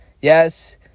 Yes